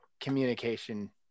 communication